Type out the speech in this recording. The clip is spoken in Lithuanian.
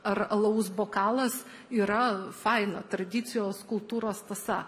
ar alaus bokalas yra faina tradicijos kultūros tąsa